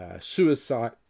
suicide